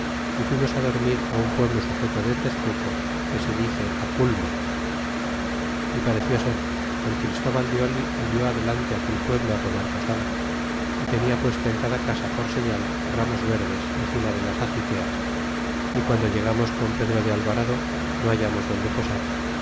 y fuimos dormir á un pueblo sujeto de tezcuco que se dice aculma y pareció ser que el christóval de oli envió adelante á aquel pueblo tomar posada y tenia puesto en cada casa por señal ramos verdes encima de las azuteas y guando llegamos con pedro de alvarado no hallamos donde posar